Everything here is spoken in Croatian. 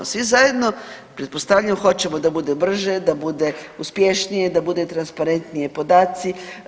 Svi zajedno pretpostavljam hoćemo da bude brže, da bude uspješnije, da bude transparentnije podaci.